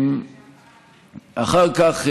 אחר כך,